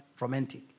romantic